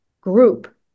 group